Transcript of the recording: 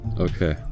Okay